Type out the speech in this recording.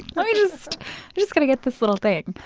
i'm just just gonna get this little thing.